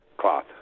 Cloth